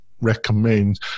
Recommend